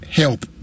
help